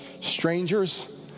strangers